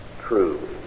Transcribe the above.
true